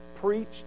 preached